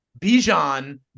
Bijan